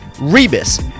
rebus